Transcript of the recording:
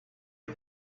you